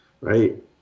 right